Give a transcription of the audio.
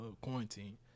quarantine